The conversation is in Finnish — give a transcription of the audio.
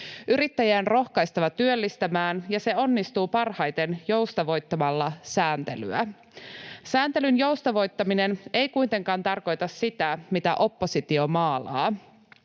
Yrittäjiä on rohkaistava työllistämään, ja se onnistuu parhaiten joustavoittamalla sääntelyä. Sääntelyn joustavoittaminen ei kuitenkaan tarkoita sitä, mitä oppositio maalaa.